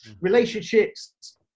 relationships